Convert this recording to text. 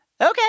Okay